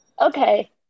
okay